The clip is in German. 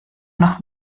noch